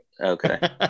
Okay